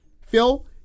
Phil